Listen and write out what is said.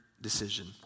decision